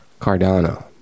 Cardano